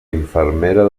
infermera